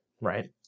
right